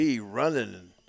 running